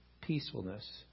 peacefulness